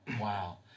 Wow